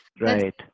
Right